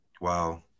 Wow